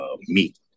meat